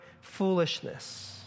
foolishness